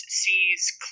sees